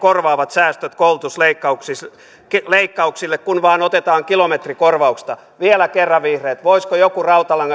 säästöt koulutusleikkauksille kun vain otetaan kilometrikorvauksista vielä kerran vihreät voisiko joku